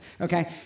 okay